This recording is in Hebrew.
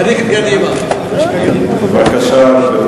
בבקשה, גברתי.